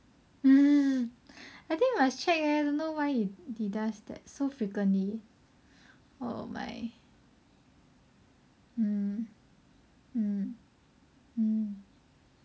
I think must check leh don't know why he he does that so frequently oh my mm mm mm